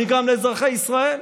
שנגרם לאזרחי ישראל?